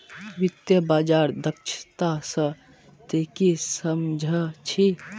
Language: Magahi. वित्तीय बाजार दक्षता स ती की सम झ छि